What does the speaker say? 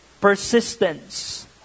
persistence